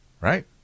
right